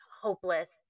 hopeless